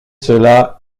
cela